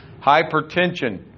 Hypertension